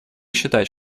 считать